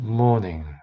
morning